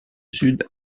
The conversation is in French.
sud